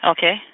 Okay